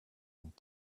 and